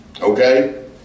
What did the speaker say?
Okay